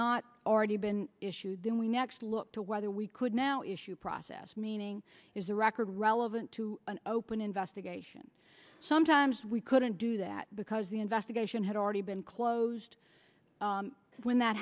not already been issued then we next look to whether we could now issue process meaning is the record relevant to an open investigation sometimes we couldn't do that because the investigation had already been closed when that